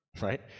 right